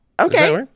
Okay